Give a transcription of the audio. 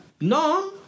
No